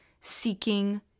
seeking